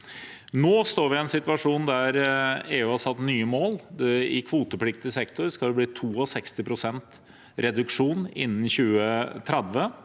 Nå står vi en situasjon der EU har satt nye mål. I kvotepliktig sektor skal det bli 62 pst. reduksjon innen 2030.